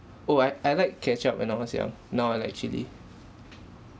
oh I I like ketchup when I was young now I like chilli